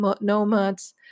nomads